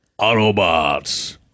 Autobots